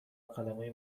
قلموی